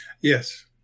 Yes